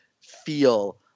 feel